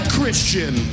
Christian